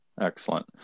excellent